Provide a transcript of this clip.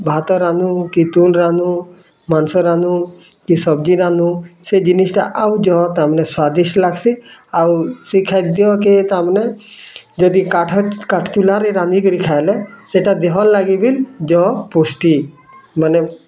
ଭାତ ରାନ୍ଧୁ କି ତୁନ୍ ରାନ୍ଧୁ ମାଂସ ରାନ୍ଧୁ କି ସବ୍ଜି ରାନ୍ଧୁ ସେ ଜିନିଷ୍ଟା ଆଉ ଯୋ ତା ମାନେ ସ୍ୱାଦିଷ୍ଟ ଲାଗ୍ସି ଆଉ ସେ ଖାଦ୍ୟ କେ ତା ମାନେ ଯଦି କାଠ କାଠ୍ ଚୂଲାରେ ରାନ୍ଧିକିରି ଖାଏଲେ ସେଟା ଦେହ ଲାଗି ବି ଜ ପୃଷ୍ଟି ମାନେ